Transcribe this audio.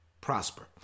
prosper